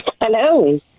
Hello